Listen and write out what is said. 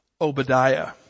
Obadiah